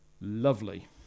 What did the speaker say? lovely